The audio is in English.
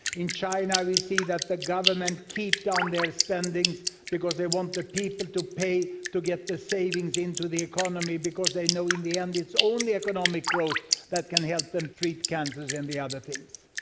in china we see that the government keeps down their spending because they want the people to pay to get the savings into the economy because they know in the end it's only economic growth that can help them treat cancers and the other things.